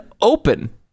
open